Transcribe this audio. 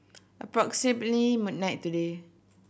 approximately midnight today